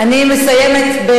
אני מסיימת,